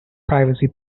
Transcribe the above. privacy